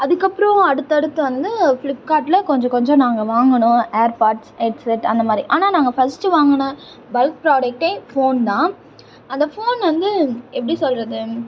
அதுக்கு அப்புறம் அடுத்து அடுத்து வந்து ஃப்ளிப்கார்டில் கொஞ்சம் கொஞ்சம் நாங்கள் வாங்கினோம் ஏர் பார்ட்ஸ் ஹெட் செட் அந்த மாதிரி ஆனால் நாங்கள் ஃபஸ்ட்டு வாங்கின பல்க் ப்ராடக்டே ஃபோன் தான் அந்த ஃபோனு வந்து எப்படி சொல்வது